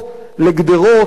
לגדרות,